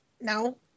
No